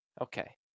Okay